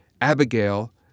Abigail